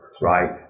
right